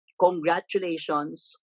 congratulations